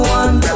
one